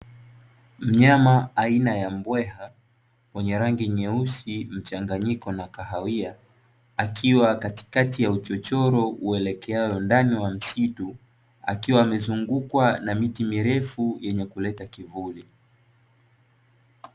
Mnyama aina ya mbweha mwenye rangi nyeusi mchanganyiko na kahawia, akiwa katikati ya uchochoro uelekeao ndani ya msitu, akiwa amezungukwa na miti mirefu yenye kuleta kivuli.